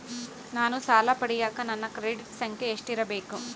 ನಾನು ಸಾಲ ಪಡಿಯಕ ನನ್ನ ಕ್ರೆಡಿಟ್ ಸಂಖ್ಯೆ ಎಷ್ಟಿರಬೇಕು?